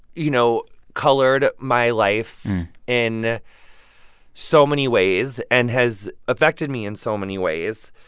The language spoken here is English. you know, colored my life in so many ways and has affected me in so many ways.